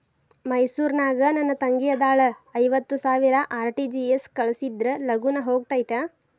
ಮೈಸೂರ್ ನಾಗ ನನ್ ತಂಗಿ ಅದಾಳ ಐವತ್ ಸಾವಿರ ಆರ್.ಟಿ.ಜಿ.ಎಸ್ ಕಳ್ಸಿದ್ರಾ ಲಗೂನ ಹೋಗತೈತ?